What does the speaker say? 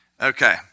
Okay